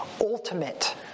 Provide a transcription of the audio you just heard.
ultimate